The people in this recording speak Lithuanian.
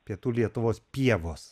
pietų lietuvos pievos